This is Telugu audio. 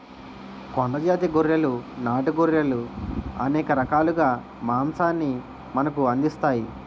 కొండ జాతి గొర్రెలు నాటు గొర్రెలు అనేక రకాలుగా మాంసాన్ని మనకు అందిస్తాయి